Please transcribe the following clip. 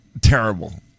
Terrible